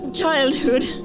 childhood